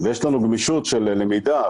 ויש לנו גמישות של למידה,